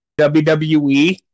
WWE